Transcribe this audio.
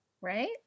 Right